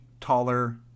taller